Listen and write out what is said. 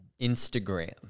Instagram